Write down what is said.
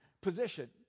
position